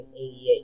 188